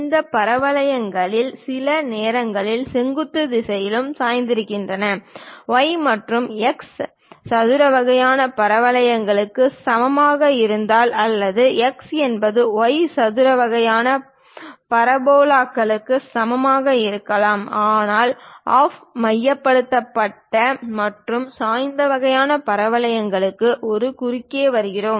இந்த பரவளையங்கள் சில நேரங்களில் செங்குத்து திசையிலும் சாய்ந்திருக்கலாம் y என்பது x சதுர வகையான பரவளையங்களுக்கு சமமாக இருக்கலாம் அல்லது x என்பது y சதுர வகையான பரபோலாக்களுக்கு சமமாக இருக்கலாம் ஆனால் ஆஃப் மையப்படுத்தப்பட்ட மற்றும் சாய்ந்த வகையான பரவளையங்களுடன் நாம் குறுக்கே வருவோம்